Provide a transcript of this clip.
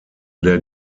der